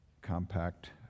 compact